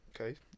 Okay